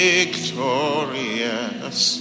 Victorious